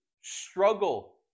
struggle